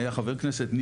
היה חבר כנסת,